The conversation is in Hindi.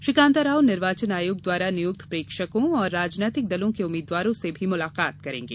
श्री कांताराव निर्वाचन आयोग द्वारा नियुक्त प्रेक्षकों और राजनीतिक दलों के उम्मीदवारों से भी मुलाकात करेंगे